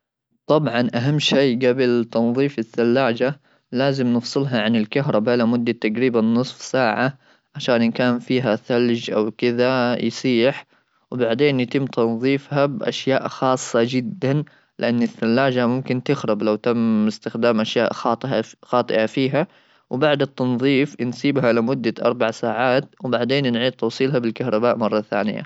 طبعا اهم شيء قبل تنظيف الثلاجه لازم نفصلها عن الكهرباء لمده تقريبا نصف ساعه عشان ان كان فيها ثلج او كذا يصيح وبعدين يتم تنظيفها باشياء خاصه جدا لان الثلاجه ممكن تخرب لو تم استخدام اشياء خاطئه خاطئه فيها وبعد التنظيف انسبها لمده اربع ساعات وبعدين نعيد توصيلها بالكهرباء مره.